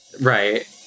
Right